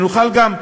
שנוכל גם,